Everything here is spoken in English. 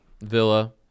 Villa